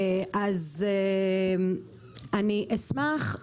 אז אני אשמח,